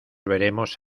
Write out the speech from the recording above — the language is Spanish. veremos